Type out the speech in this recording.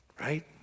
right